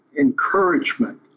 encouragement